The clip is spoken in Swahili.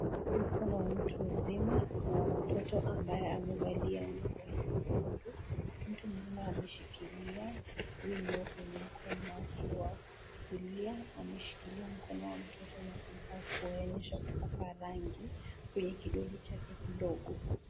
Mkono wa mtu mzima na wa mtoto ambaye amevalia nguo nyekundu, mtu mzima ameshikilia wino kwenye mkono wake wa kulia ameshikilia mkono wa mtoto kuonyesha kwamba amepaka rangi kwenye kidole chake kidogo.